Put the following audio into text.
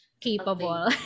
capable